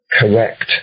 correct